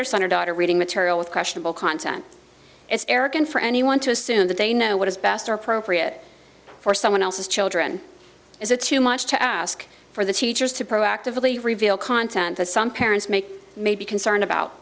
their son or daughter reading material with questionable content it's arrogant for anyone to assume that they know what is best or appropriate for someone else's children is it too much to ask for the teachers to proactively reveal content that some parents make may be concerned about